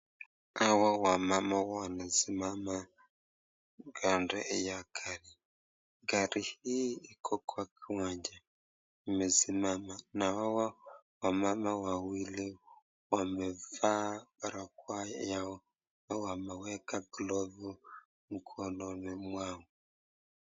Hawa wamama wamesimama kando ya gari, gari hiiiko kwa kiwanja imesimama na hawa wamama wawili wamefaa barakoa yao na wamewekaa glovu mikononi mwao.